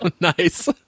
Nice